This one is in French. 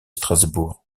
strasbourg